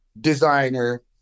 designer